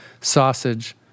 sausage